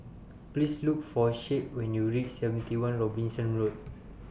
Please Look For Shade when YOU REACH seventy one Robinson Road